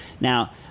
Now